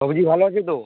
সবজি ভালো আছে তো